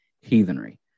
heathenry